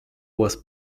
was